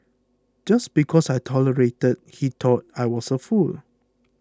just because I tolerated he thought I was a fool